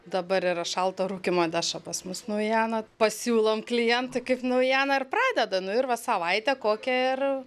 dabar yra šalto rūkymo dešra pas mus naujiena pasiūlom klientui kaip naujieną ir pradeda nu ir va savaitę kokią ir